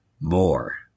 more